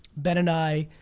ben and i,